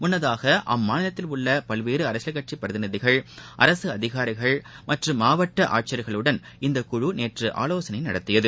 முன்னதாக அம்மாநிலத்தில் உள்ள பல்வேறு அரசியல் கட்சி பிரதிநிதிகள் அரசு அதிகாரிகள் மற்றும் மாவட்ட ஆட்சியர்களுடன் இக்குழு நேற்று ஆலோசனை நடத்தியது